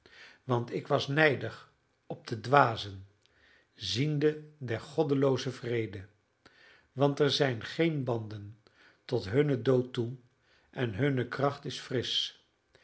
want ik was nijdig op de dwazen ziende der goddeloozen vrede want er zijn geen banden tot hunnen dood toe en hunne kracht is frisch